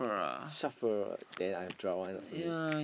shuffle then I draw one also need